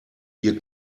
ihr